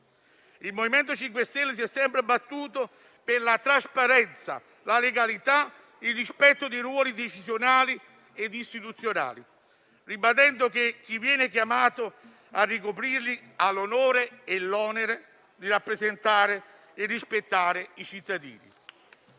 Il MoVimento 5 Stelle si è sempre battuto per la trasparenza, la legalità e il rispetto dei ruoli dei ruoli decisionali ed istituzionali, ribadendo che chi viene chiamato a ricoprirli ha l'onore e l'onere di rappresentare e rispettare i cittadini.